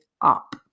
up